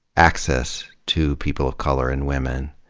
access to people of color and women,